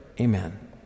Amen